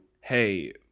Hey